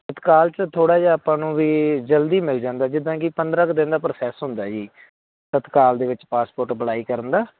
ਤਤਕਾਲ 'ਚ ਥੋੜ੍ਹਾ ਜਿਹਾ ਆਪਾਂ ਨੂੰ ਵੀ ਜਲਦੀ ਮਿਲ ਜਾਂਦਾ ਜਿੱਦਾਂ ਕਿ ਪੰਦਰਾਂ ਕੁ ਦਿਨ ਦਾ ਪ੍ਰੋਸੈਸ ਹੁੰਦਾ ਜੀ ਤਤਕਾਲ ਦੇ ਵਿੱਚ ਪਾਸਪੋਰਟ ਅਪਲਾਈ ਕਰਨ ਦਾ